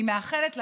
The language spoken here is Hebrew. אני מאחלת לשרה,